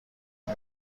اون